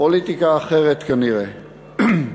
פוליטיקה אחרת, כנראה.